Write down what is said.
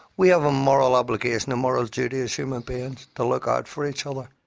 we have a moral obligation, a moral duty as human beings to look out for each other.